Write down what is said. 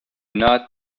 not